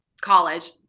college